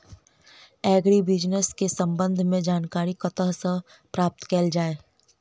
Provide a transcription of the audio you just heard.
Agri business केँ संबंध मे जानकारी कतह सऽ प्राप्त कैल जाए?